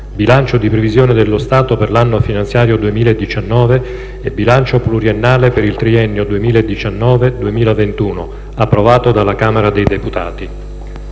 bilancio di previsione dello Stato per l'anno finanziario 2019 e bilancio pluriennale per il triennio 2019-2021, approvato dalla Camera dei deputati: